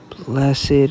Blessed